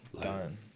Done